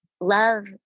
love